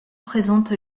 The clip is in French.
présente